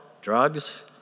drugs